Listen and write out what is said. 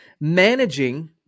Managing